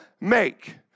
make